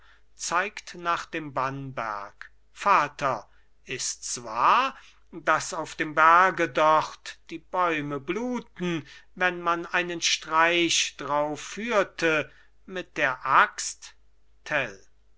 zeigt nach dem bannberg vater ist's wahr dass auf dem berge dort die bäume bluten wenn man einen streich drauf führte mit der axt